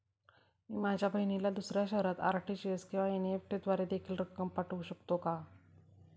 मी माझ्या बहिणीला दुसऱ्या शहरात आर.टी.जी.एस किंवा एन.इ.एफ.टी द्वारे देखील रक्कम पाठवू शकतो का?